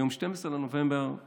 מיום 12 בנובמבר 2014: